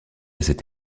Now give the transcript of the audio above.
cette